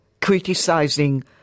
criticizing